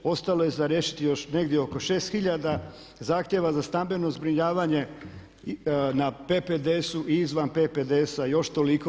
Ostalo je za riješiti još negdje oko 6 hiljada zahtjeva za stambeno zbrinjavanje na PPDS-u izvan PPDS-a još toliko.